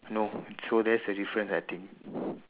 no so there's a difference I think